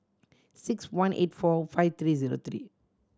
six one eight four five three zero three